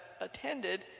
attended